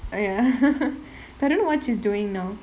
!aiya! but I don't know what she's doing now